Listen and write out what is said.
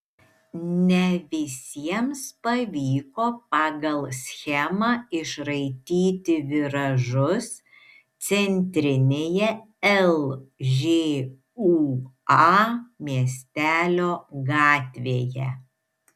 ne visiems pavyko pagal schemą išraityti viražus centrinėje lžūa miestelio gatvėje